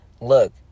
look